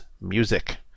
music